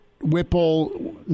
Whipple